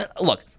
look